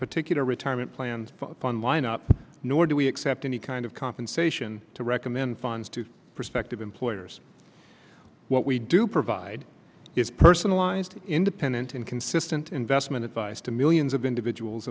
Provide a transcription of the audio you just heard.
particular retirement plan upon lineup nor do we accept any kind of compensation to recommend funds to prospective employers what we do provide is personalized independent and consistent investment advice to millions of individuals